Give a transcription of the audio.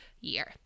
year